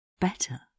Better